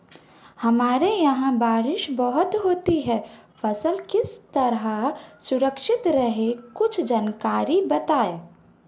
हमारे यहाँ बारिश बहुत होती है फसल किस तरह सुरक्षित रहे कुछ जानकारी बताएं?